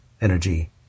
energy